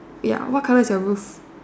ya what colour is your roof